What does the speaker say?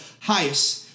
highest